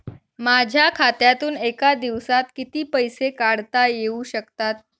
माझ्या खात्यातून एका दिवसात किती पैसे काढता येऊ शकतात?